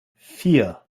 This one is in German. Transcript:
vier